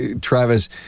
Travis